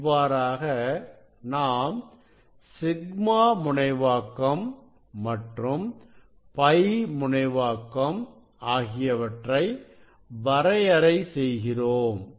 இவ்வாறாக நாம் σ முனைவாக்கம் மற்றும் π முனைவாக்கம் ஆகியவற்றை வரையறை செய்கிறோம்